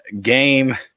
game